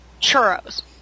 churros